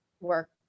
work